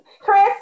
Chris